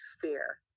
fear